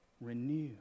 renew